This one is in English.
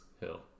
hill